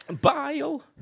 Bile